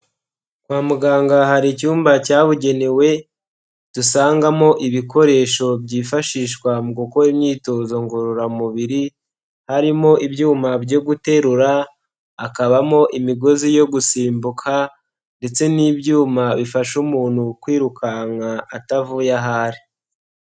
Kwa muganga hari icyumba cyabugenewe dusangamo ibikoresho byifashishwa mu gukora imyitozo ngororamubiri, harimo ibyuma byo guterura, hakabamo imigozi yo gusimbuka ndetse n'ibyuma bifasha umuntu kwirukanka atavuye aho ari.